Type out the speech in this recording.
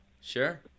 Sure